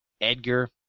Edgar